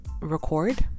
record